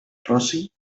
rossi